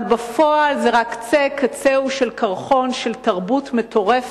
אבל בפועל זה רק קצה קצהו של קרחון של תרבות מטורפת,